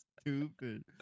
stupid